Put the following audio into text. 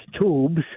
tubes